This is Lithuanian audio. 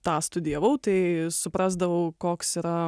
tą studijavau tai suprasdavau koks yra